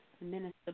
Minister